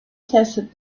testet